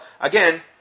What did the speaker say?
again